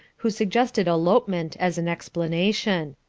who suggested elopement as an explanation.